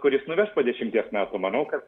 kuris nuves po dešimties metų manau kad